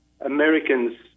Americans